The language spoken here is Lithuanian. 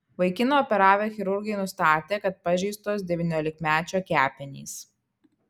vaikiną operavę chirurgai nustatė kad pažeistos devyniolikmečio kepenys